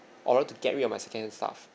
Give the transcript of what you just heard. or rather to get rid of my secondhand stuff